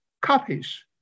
copies